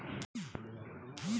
हम का करी हमार प्याज सड़ें नाही?